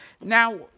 now